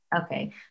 Okay